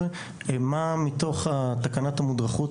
מה מתוך תקנת המודרכות,